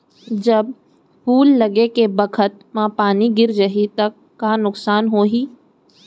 जब फूल लगे बखत म पानी गिर जाही त का नुकसान होगी?